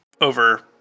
over